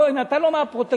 אם אתה לא מהפרוטקציונרים,